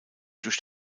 durch